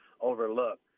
overlook